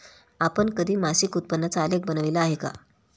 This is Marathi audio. आपण कधी मासिक उत्पन्नाचा आलेख बनविला आहे का?